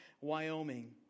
Wyoming